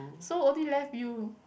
so only left you